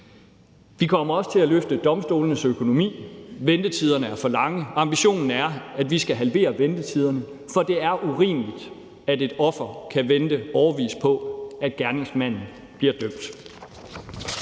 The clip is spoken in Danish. Vi kommer også til at løfte domstolenes økonomi. Ventetiderne er for lange. Ambitionen er, at vi skal halvere ventetiderne, for det er urimeligt, at et offer kan vente årevis på, at gerningsmanden bliver dømt.